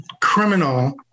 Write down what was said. criminal